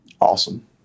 Awesome